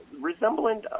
resembling